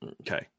Okay